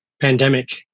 pandemic